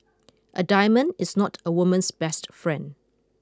a diamond is not a woman's best friend